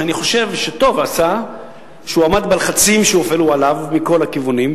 שאני חושב שטוב עשה שהוא עמד בלחצים שהופעלו עליו מכל הכיוונים,